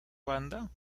banda